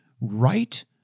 right